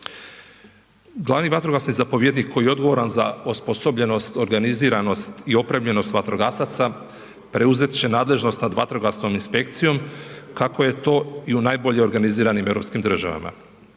Glavni vatrogasni zapovjednik koji je odgovoran za osposobljenost, organiziranost i opremljenost vatrogasaca preuzet će nadležnost nad vatrogasnom inspekcijom kako je to i u najbolje organiziranim europskim državama.